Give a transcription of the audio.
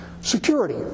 Security